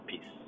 Peace